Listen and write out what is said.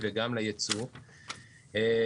דרך אגב,